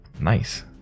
nice